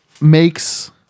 makes